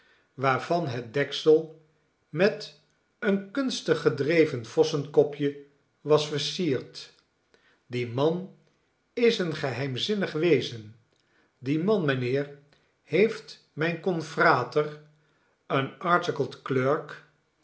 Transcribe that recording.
waarvan het deksel met een kunstig gedreven vossenkopje was versierd die man is een geheimzinnig wezen die man mijnheer heeft mijn confrater den articled clerk